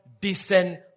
descend